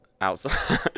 outside